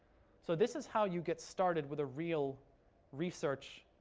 so this is how you get started with a real research,